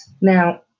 now